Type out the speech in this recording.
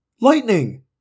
Lightning